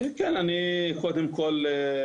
קודם כל,